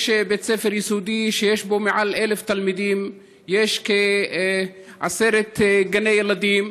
יש בית ספר יסודי שיש בו מעל 1,000 תלמידים ויש כעשרה גני ילדים.